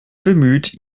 bemüht